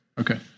Okay